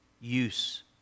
use